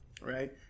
Right